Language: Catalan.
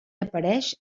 apareix